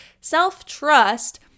Self-trust